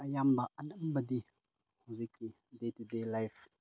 ꯑꯌꯥꯝꯕ ꯑꯅꯝꯕꯗꯤ ꯍꯧꯖꯤꯛꯇꯤ ꯗꯦ ꯇꯨꯗꯦ ꯂꯥꯏꯐ